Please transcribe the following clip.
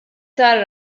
tar